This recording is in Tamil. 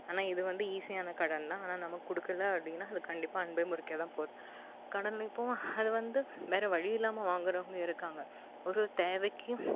ஆனால் இது வந்து ஈஸியான கடன்தான் ஆனால் நம்ம கொடுக்கல அப்படின்னா அது கண்டிப்பாக அன்பை முறிக்கதான் போகுது கடன்ல இப்போது அது வந்து வேற வழி இல்லாமல் வாங்குகிறவங்க இருக்காங்கள் ஒரு தேவைக்கு